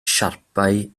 siapau